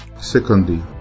Secondly